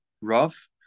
rough